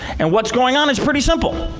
and what's going on is pretty simple.